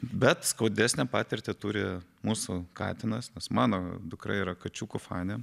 bet skaudesnę patirtį turi mūsų katinas nes mano dukra yra kačiukų fanė